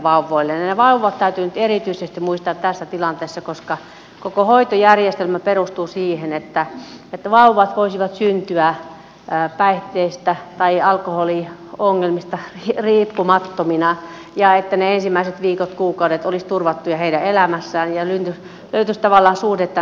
ne vauvat täytyy nyt erityisesti muistaa tässä tilanteessa koska koko hoitojärjestelmä perustuu siihen että vauvat voisivat syntyä päihteistä tai alkoholiongelmista riippumattomina ja että ne ensimmäiset viikot kuukaudet olisivat turvattuja heidän elämässään ja löytyisi tavallaan suhde tämän äidin kanssa